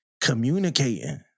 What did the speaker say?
communicating